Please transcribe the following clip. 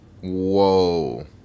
Whoa